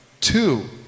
Two